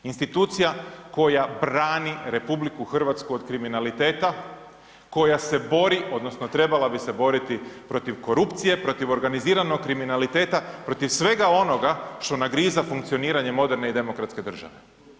Institucija koja brani RH od kriminaliteta, koja se bori, odnosno trebala bi se boriti protiv korupcije, protiv organiziranog kriminaliteta, protiv svega onoga što nagriza funkcioniranje moderne i demokratske države.